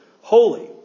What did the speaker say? Holy